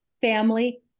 family